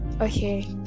Okay